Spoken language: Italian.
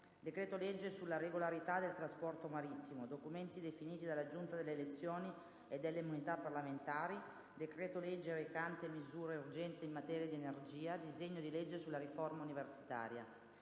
decreto-legge sulla regolarità del trasporto marittimo; documenti definiti dalla Giunta delle elezioni e delle immunità parlamentari; decreto-legge recante misure urgenti in materia di energia; disegno di legge sulla riforma universitaria.